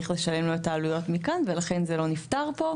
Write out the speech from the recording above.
לשלם לו את העלויות מכאן ולכן זה לא נפתר פה.